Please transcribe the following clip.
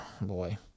Boy